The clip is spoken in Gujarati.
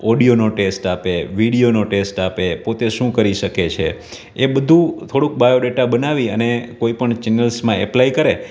ઓડિયોનો ટેસ્ટ આપે વિડીયોનો ટેસ્ટ આપે પોતે શું કરી શકે છે એ બધું થોડુંક બાયો ડેટા બનાવી અને કોઈ પણ ચેનલ્સમાં એપ્લાય કરે